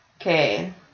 Okay